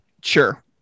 sure